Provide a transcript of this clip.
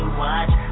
watch